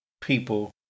people